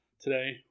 today